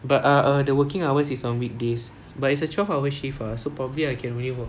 but ah err the working hours is on weekdays but it's a twelve hour shift ah so probably I can only work